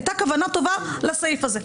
הייתה כוונה טובה לסעיף הזה.